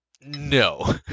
No